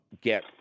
get